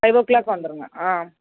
five o'clock வந்துடுங்க ஆ